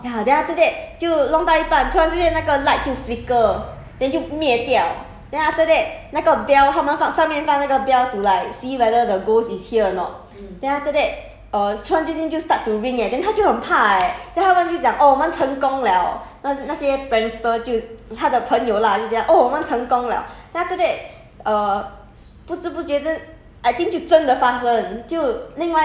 set up 一个 ceremony 来叫那些鬼来 ya then after that 就弄到一半突然之间那个 light 就 flicker then 就灭掉 then after that 那个 bell 他们放上面放那个 bell to like see whether the ghost is here or not then after that err s~ 突然之间就 start to ring leh then 她就很怕 leh then 他们就讲 orh 我们成功 liao 那那些 prankster 就她的朋友 lah 就讲 orh 我们成功 liao then after that err